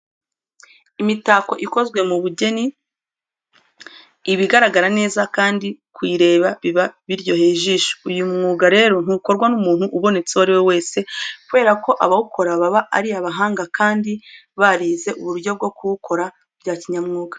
Imitako ikozwe mu bugeni, iba igaragara neza, kandi kuyireba biba biryoheye ijisho. Uyu mwuga rero ntukorwa n'umuntu ubonetse uwo ari we wese kubera ko abawukora baba ari abahanga kandi barize uburyo bwo kuwukora bya kinyamwuga.